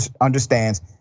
understands